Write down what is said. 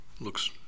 looks